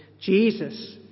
Jesus